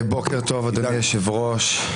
בוקר טוב אדוני היושב ראש.